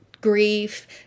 grief